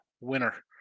Winner